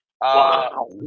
Wow